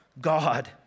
God